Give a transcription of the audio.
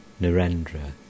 Narendra